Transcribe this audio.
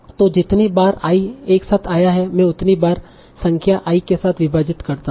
तो जितनी बार i एक साथ आया है में उतनी बार संख्या i के साथ विभाजित करता हूं